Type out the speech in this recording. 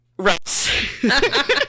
right